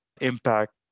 impact